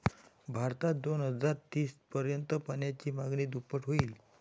भारतात दोन हजार तीस पर्यंत पाण्याची मागणी दुप्पट होईल